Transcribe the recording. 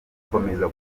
gukomeza